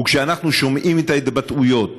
וכשאנחנו שומעים את ההתבטאויות,